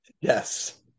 Yes